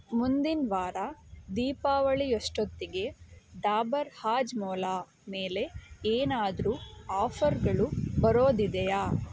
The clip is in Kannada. ಮುಂದಿನ ವಾರ ದೀಪಾವಳಿಯಷ್ಟೊತ್ತಿಗೆ ಡಾಬರ್ ಹಾಜ್ಮೋಲಾ ಮೇಲೆ ಏನಾದ್ರೂ ಆಫರ್ಗಳು ಬರೋದಿದೆಯೇ